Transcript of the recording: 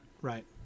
right